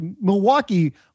Milwaukee